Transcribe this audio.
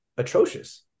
Atrocious